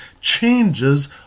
changes